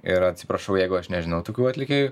ir atsiprašau jeigu aš nežinau tokių atlikėjų